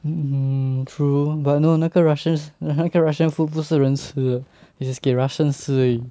mm true but no 那个 russians russian food 不是人吃的 is 给 russians 吃而已